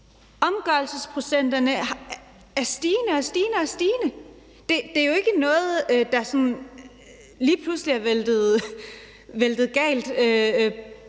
Omgørelsesprocenten er stigende og stigende. Det er jo ikke noget, der sådan lige pludselig er gået galt